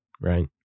right